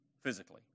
physically